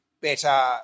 better